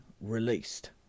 released